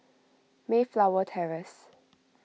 Mayflower Terrace